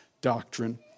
doctrine